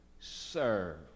Serve